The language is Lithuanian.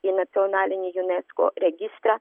į nacionalinį unesco registrą